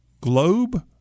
Globe